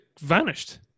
vanished